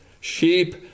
sheep